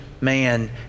man